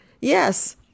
yes